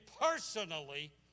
personally